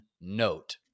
note